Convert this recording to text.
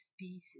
species